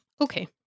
Okay